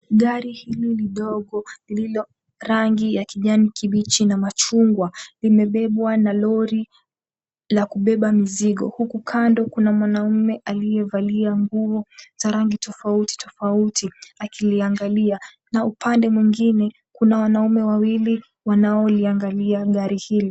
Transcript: Gari hili lidogo lililo rangi ya kijani kibichi na machungwa, limebebwa na lori la kubeba mizigo huku kando 𝑘𝑢𝑛𝑎 mwanaume aliyevalia nguo za rangi tofauti tofauti akiliangalia na upande mwingine kuna wanaume wawili wanaoliangalia gari hili.